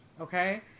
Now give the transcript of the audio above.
okay